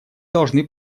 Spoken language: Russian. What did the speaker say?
должны